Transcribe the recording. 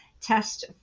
test